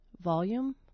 volume